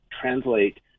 translate